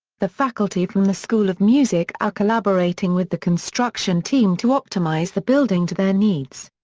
the faculty from the school of music are collaborating with the construction team to optimize the building to their needs.